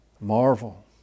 Marvel